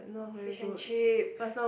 oh fish and chips